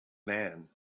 man